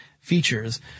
features